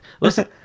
listen